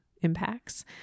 impacts